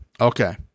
Okay